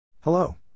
Hello